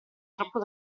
troppo